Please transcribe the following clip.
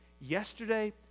yesterday